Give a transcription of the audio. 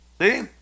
See